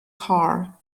car